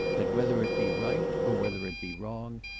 that whether it be right, or whether it be wrong,